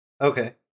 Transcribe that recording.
Okay